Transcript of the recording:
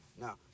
Now